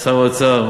שר האוצר,